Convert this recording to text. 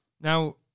Now